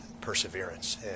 perseverance